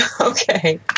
okay